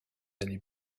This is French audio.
années